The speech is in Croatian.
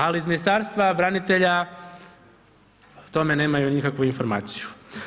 Ali iz Ministarstva branitelja o tome nemaju nikakvu informaciju.